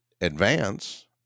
advance